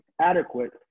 adequate